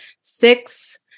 six